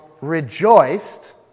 rejoiced